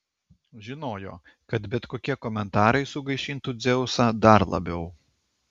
žinojo kad bet kokie komentarai sugaišintų dzeusą dar labiau